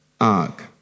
Ark